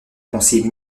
conseiller